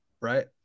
right